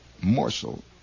morsel